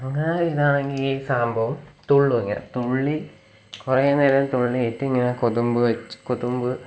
അങ്ങനെ ഇതാണെങ്കിൽ ഈ സംഭവം തുള്ളും ഇങ്ങനെ തുള്ളി കുറേ നേരം തുള്ളിയിട്ടിങ്ങനെ കൊതുമ്പ് വെച്ച് കൊതുമ്പ്